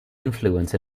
influence